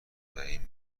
دهیم